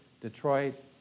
Detroit